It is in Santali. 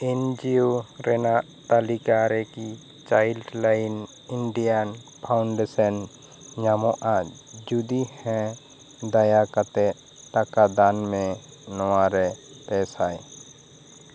ᱮᱱᱡᱤᱭᱚ ᱨᱮᱱᱟᱜ ᱛᱟ ᱞᱤᱠᱟ ᱨᱮᱠᱤ Childline Indian foundation ᱧᱟᱢᱚᱜᱼᱟ ᱡᱩᱫᱤ ᱦᱮᱸ ᱫᱟᱭᱟᱠᱟᱛᱮᱜ ᱴᱟᱠᱟ ᱫᱟᱱᱢᱮ ᱱᱚᱣᱟ ᱨᱮ ᱯᱮ ᱥᱟᱭ